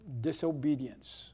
disobedience